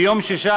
ביום 16